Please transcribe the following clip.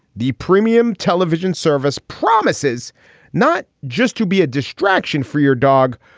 the premium television service promises not just to be a distraction for your dog,